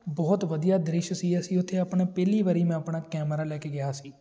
ਬਹੁਤ ਵਧੀਆ ਦ੍ਰਿਸ਼ ਸੀ ਅਸੀਂ ਉੱਥੇ ਆਪਣਾ ਪਹਿਲੀ ਵਾਰੀ ਮੈਂ ਆਪਣਾ ਕੈਮਰਾ ਲੈ ਕੇ ਗਿਆ ਸੀ